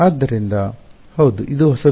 ಆದ್ದರಿಂದ ಹೌದು ಇದು ಹೊಸದಲ್ಲ